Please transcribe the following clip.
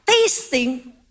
tasting